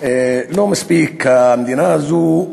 לא מספיק שהמדינה הזאת,